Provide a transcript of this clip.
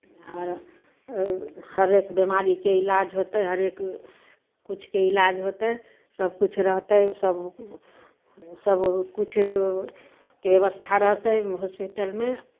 आर हरेक बिमारीके इलाज होतै हरेक किछुके इलाज होतै सभकिछु रहतै सभ सभकिछुके व्यवस्था रहतै हॉस्पिटलमे